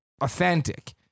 authentic